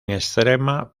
extrema